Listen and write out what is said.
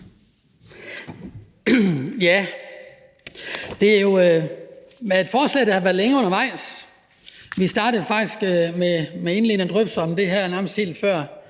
Det er jo et forslag, der har været længe undervejs. Vi startede faktisk med de indledende drøftelser om det her nærmest før